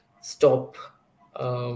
stop